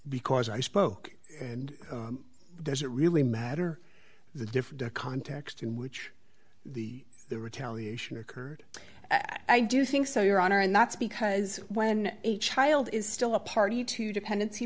because i spoke and does it really matter the different context in which the the retaliation occurred i do think so your honor and that's because when a child is still a party to dependency